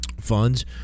funds